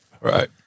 Right